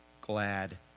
glad